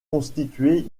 constituées